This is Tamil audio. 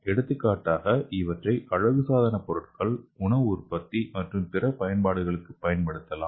எடுத்துக்காட்டாக இவற்றை அழகுசாதனப் பொருட்கள் உணவு உற்பத்தி மற்றும் பிற பயன்பாடுகளுக்குப் பயன்படுத்தலாம்